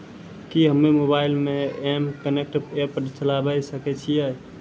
कि हम्मे मोबाइल मे एम कनेक्ट एप्प चलाबय सकै छियै?